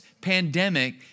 pandemic